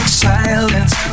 silence